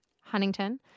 Huntington